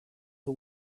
who